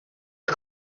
are